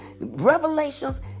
Revelations